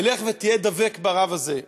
לך ותהיה דבק ברב הזה.